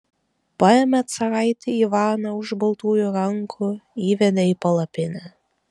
paėmė caraitį ivaną už baltųjų rankų įvedė į palapinę